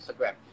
Instagram